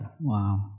Wow